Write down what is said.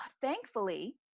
thankfully